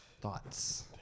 Thoughts